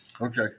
Okay